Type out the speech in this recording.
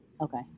okay